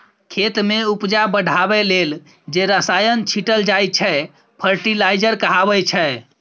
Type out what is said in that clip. खेत मे उपजा बढ़ाबै लेल जे रसायन छीटल जाइ छै फर्टिलाइजर कहाबै छै